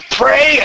pray